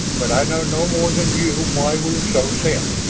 but i know no more than you why we were so sent,